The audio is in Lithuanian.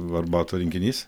arbatų rinkinys